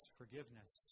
forgiveness